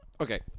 okay